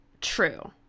true